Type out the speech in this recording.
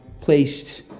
placed